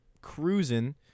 cruising